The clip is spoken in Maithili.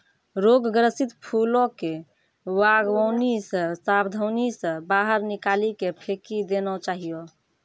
रोग ग्रसित फूलो के वागवानी से साबधानी से बाहर निकाली के फेकी देना चाहियो